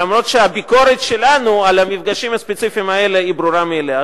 אף-על-פי שהביקורת שלנו על המפגשים הספציפיים האלה היא ברורה מאליה.